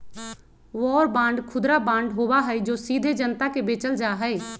war bond खुदरा bond होबा हई जो सीधे जनता के बेचल जा हई